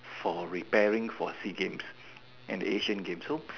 for repairing for sea games and Asian games